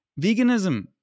veganism